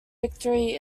victory